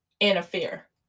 interfere